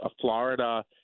Florida